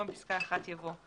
בתקנת משנה (ה) במקום פסקה (1) יבוא: